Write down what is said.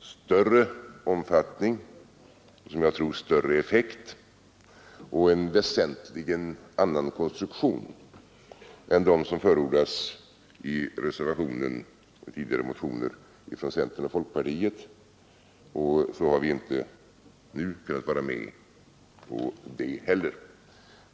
större omfattning och — som jag tror — större effekt samt en väsentligen annan konstruktion än vad som förordas i reservationen och tidigare motioner från centern och folkpartiet. Vi har inte nu kunnat vara med på det heller.